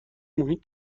محیط